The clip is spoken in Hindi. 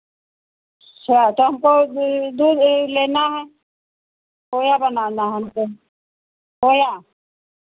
अच्छा तो हमको दूध ये लेना है खोया बनाना है हमको खोया